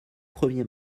premier